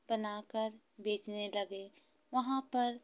बनाकर बेचने लगे वहाँ पर